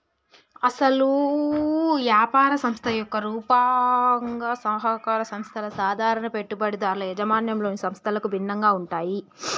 అసలు యాపార సంస్థ యొక్క రూపంగా సహకార సంస్థల సాధారణ పెట్టుబడిదారుల యాజమాన్యంలోని సంస్థలకు భిన్నంగా ఉంటాయి